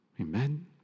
Amen